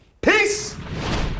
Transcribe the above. peace